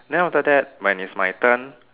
then after that when it's my turn